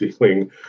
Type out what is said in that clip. dealing